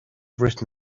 written